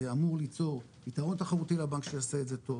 זה אמור ליצור יתרון תחרותי לבנק שיעשה את זה טוב,